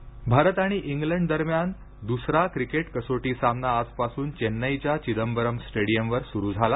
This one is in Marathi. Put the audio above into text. क्रिकेट भारत आणि इंग्लंड दरम्यान दुसरा क्रिकेट कसोटी सामना आजपासून चेन्नईच्या चिदंबरम स्टेडियमवर सुरू झाला